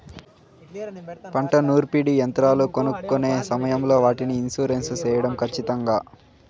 పంట నూర్పిడి యంత్రాలు కొనుక్కొనే సమయం లో వాటికి ఇన్సూరెన్సు సేయడం ఖచ్చితంగా?